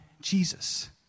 jesus